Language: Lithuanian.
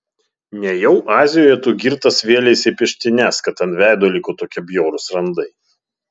nejau azijoje tu girtas vėleisi į peštynes kad ant veido liko tokie bjaurūs randai